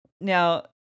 Now